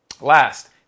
Last